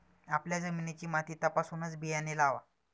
आपल्या जमिनीची माती तपासूनच बियाणे लावा